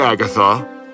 Agatha